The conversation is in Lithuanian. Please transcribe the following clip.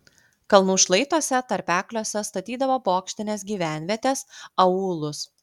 kalnų šlaituose tarpekliuose statydavo bokštines gyvenvietes aūlus